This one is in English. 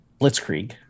Blitzkrieg